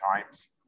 times